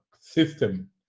system